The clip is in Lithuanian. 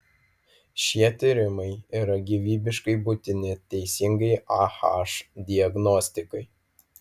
šie tyrimai yra gyvybiškai būtini teisingai ah diagnostikai